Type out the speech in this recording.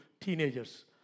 Teenagers